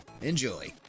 enjoy